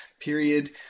period